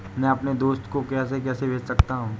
मैं अपने दोस्त को पैसे कैसे भेज सकता हूँ?